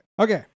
okay